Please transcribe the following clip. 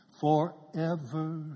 forever